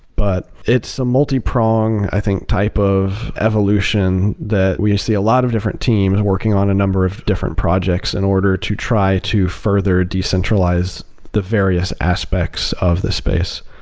but it's a multi-prong, i think, type of evolution that we see a lot of different teams working on a number of different projects in order to try to further decentralize the various aspects of the space.